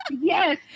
yes